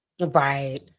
Right